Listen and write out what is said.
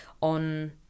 on